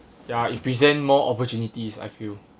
ya if present more opportunities I feel